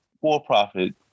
for-profit